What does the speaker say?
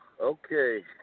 okay